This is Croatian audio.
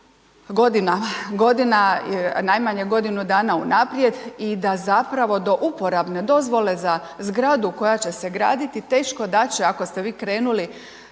godina najmanje godinu dana unaprijed i da zapravo do uporabne dozvole za zgradu koja će se graditi teško da će, ako ste vi krenuli